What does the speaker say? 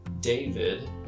David